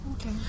Okay